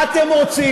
מה אתם רוצים?